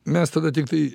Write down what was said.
mes tada tiktai